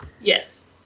Yes